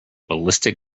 ballistic